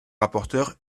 rapporteur